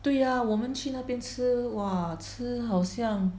对呀我们去那边吃 !wah! 吃好像